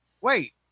Wait